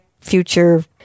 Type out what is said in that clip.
future